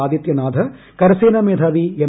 ആദിത്യനാഥ് കരസേന്റാ് മേധാവി എം